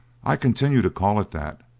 i continue to call it that,